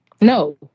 No